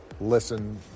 listen